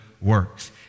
works